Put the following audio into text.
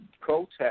protest